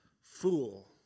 fool